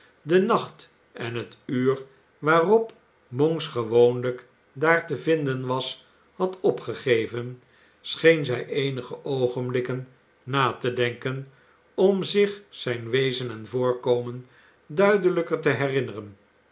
den nacht en het uur waarop monks gewoonlijk daar te vinden was had opgegeven scheen zij eenige oogenblikken na te denken om zich zijn wezen en voorkomen duidelijker te herinneren